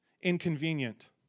inconvenient